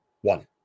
one